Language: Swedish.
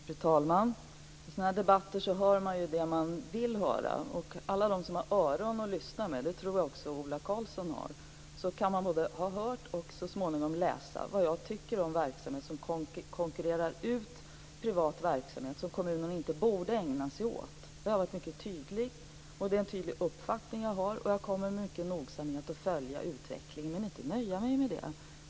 Fru talman! I sådana här debatter hör man det man vill höra. Alla de som har öron att lyssna med - och det tror jag också att Ola Karlsson har - kan höra, och så småningom också läsa, vad jag tycker om verksamhet som konkurrerar ut privat verksamhet, som kommunerna inte borde ägna sig åt. Jag har varit mycket tydlig. Det är en tydlig uppfattning jag har, och jag kommer nogsamt att följa utvecklingen. Men jag kommer inte att nöja mig med det.